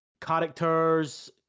characters